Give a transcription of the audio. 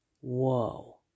whoa